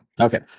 Okay